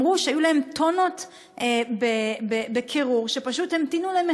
שאריות היבול מעונת הקטיף הקודמת במצב שכמעט אינו ראוי